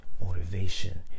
motivation